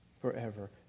forever